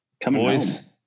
boys